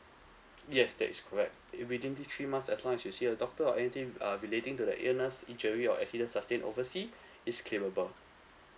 yes that is correct if within these three months as long as you see a doctor or anything re~ uh relating to the illness injury or accident sustained oversea is claimable